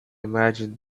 imagine